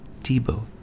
debo